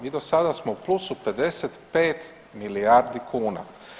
Mi dosada smo u plusu 55 milijardi kuna.